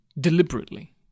deliberately